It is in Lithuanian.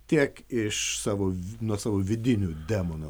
tiek iš savo nuosavų vidinių demonų